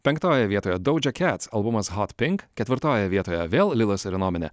penktoje vietoje doja cats albumas hot pink ketvirtojoje vietoje vėl lilas ir innomine